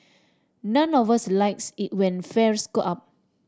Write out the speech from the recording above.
none of us likes it when fares go up